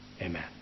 Amen